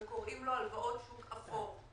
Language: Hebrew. ולשד הזה קוראים הלוואות שוק אפור.